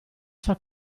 sua